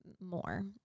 more